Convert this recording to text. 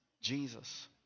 Jesus